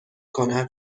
کند